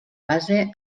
base